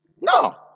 No